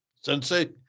Sensei